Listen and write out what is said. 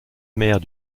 mère